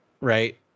right